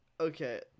okay